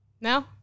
No